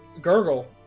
Gurgle